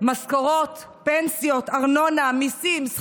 משכורות, פנסיות, ארנונה, מיסים, שכירויות,